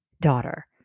daughter